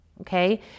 Okay